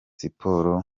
siporo